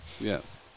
Yes